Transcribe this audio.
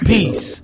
Peace